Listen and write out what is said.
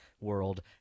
world